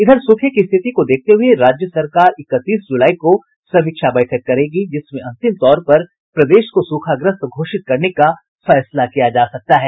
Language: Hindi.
इधर सूखे की स्थिति को देखते हुए राज्य सरकार इकतीस जुलाई को समीक्षा बैठक करेगी जिसमें अंतिम तौर पर प्रदेश को सूखाग्रस्त घोषित करने का फैसला किया जा सकता है